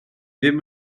ddim